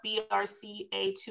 BRCA2